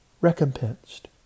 recompensed